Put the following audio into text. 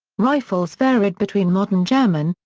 rifles varied between modern german,